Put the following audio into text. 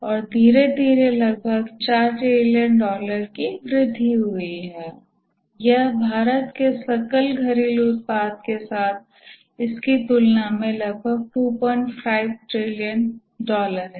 और धीरे धीरे लगभग 4 ट्रिलियन डॉलर की वृद्धि हुई और यह भारत के सकल घरेलू उत्पाद के साथ इसकी तुलना लगभग 25 ट्रिलियन डॉलर है